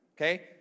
okay